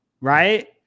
right